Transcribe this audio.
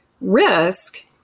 risk